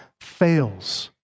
fails